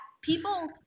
people